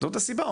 זאת הסיבה.